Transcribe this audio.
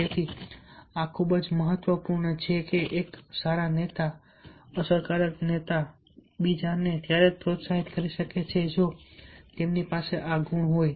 તેથી આ ખૂબ જ મહત્વપૂર્ણ છે એક સારા નેતા અસરકારક નેતા બીજાઓને ત્યારે જ પ્રોત્સાહિત કરી શકે છે જો તેની પાસે આ ગુણ હોય